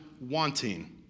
wanting